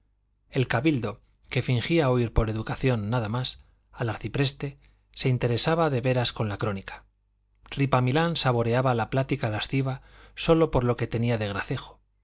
el cabildo que fingía oír por educación nada más al arcipreste se interesaba de veras con la crónica ripamilán saboreaba la plática lasciva sólo por lo que tenía de gracejo